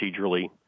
procedurally